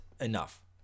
enough